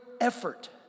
effort